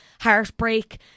heartbreak